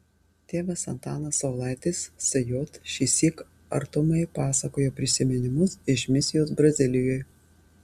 tėvas antanas saulaitis sj šįsyk artumai pasakoja prisiminimus iš misijos brazilijoje